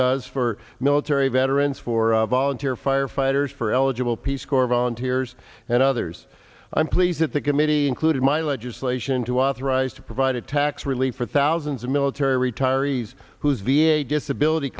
does for military veterans for volunteer firefighters for eligible peace corps volunteers and others i'm pleased that the committee included my legislation to authorize to provide a tax relief for thousands of military retirees whose v a disability